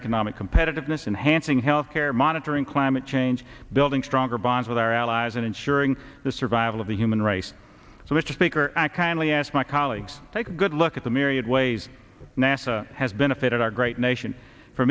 economic competitiveness in handling health care monitoring climate change building stronger bonds with our allies and ensuring the survival of the human race so mr speaker i kindly ask my colleagues take a good look at the myriad ways nasa has benefited our great nation for